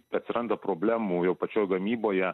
atsiranda problemų jau pačioj gamyboje